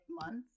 months